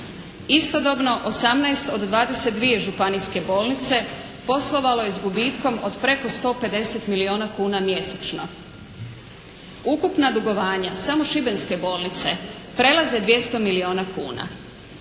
Istodobno 18 od 22 županijske bolnice poslovalo je s gubitkom od preko 150 milijuna kuna mjesečno. Ukupna dugovanja samo šibenske bolnice prelaze 200 milijuna kuna.